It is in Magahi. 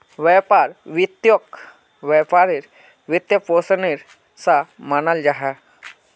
व्यापार वित्तोक व्यापारेर वित्त्पोशानेर सा मानाल जाहा